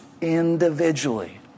individually